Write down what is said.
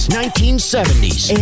1970s